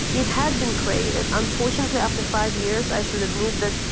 it had been created. unfortunately, after five years, i should admit that,